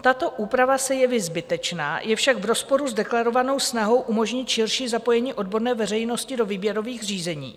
Tato úprava se jeví zbytečná, je však v rozporu s deklarovanou snahou umožnit širší zapojení odborné veřejnosti do výběrových řízení.